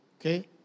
okay